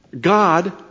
God